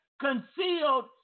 concealed